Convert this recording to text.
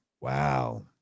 Wow